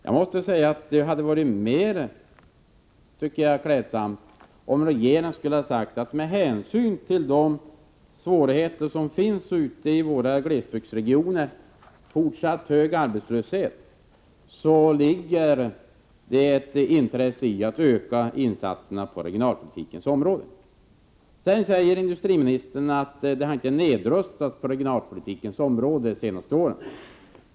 Jag tycker att det hade varit mer klädsamt om regeringen hade sagt att det med hänsyn till de svårigheter som finns ute i våra glesbygdsregioner och den fortsatt höga arbetslösheten finns ett intresse av att öka insatserna på regionalpolitikens område. Sedan säger industriministern att det inte har nedrustats på regionalpolitikens område under de senaste åren.